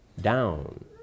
down